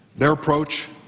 their approach,